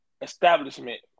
establishment